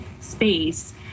space